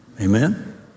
Amen